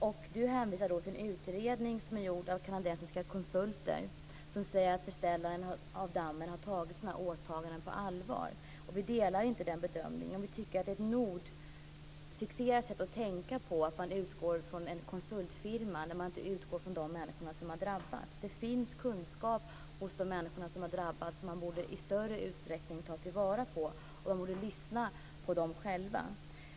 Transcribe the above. Statsrådet hänvisar till en utredning som är gjord av kanadensiska konsulter som säger att beställaren av dammen har tagit sina åtaganden på allvar. Vi delar inte den bedömningen. Vi tycker att det är ett nordfixerat sätt att tänka när man utgår från en konsultfirma och inte från de människor som har drabbats. Det finns kunskap hos de människor som har drabbats som man i större utsträckning borde ta till vara. Man borde lyssna till dessa människor.